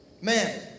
Man